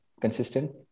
consistent